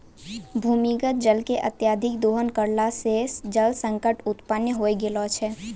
भूमीगत जल के अत्यधिक दोहन करला सें जल संकट उत्पन्न होय गेलो छै